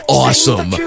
awesome